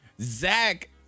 Zach